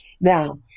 Now